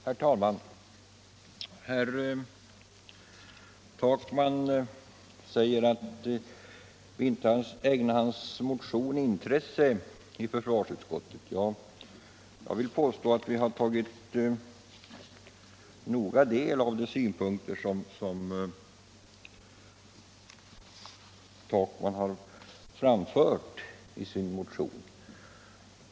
Herr talman! Herr Takman säger att försvarsutskottet inte har ägnat hans motion något intresse. Jag vill påstå att vi noga har tagit del av de synpunkter som herr Takman har anfört i motionen.